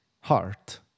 Heart